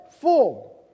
Full